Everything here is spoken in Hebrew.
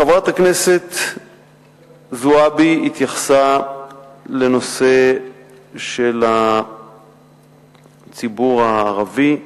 חברת כנסת זועבי התייחסה לנושא של הציבור הערבי,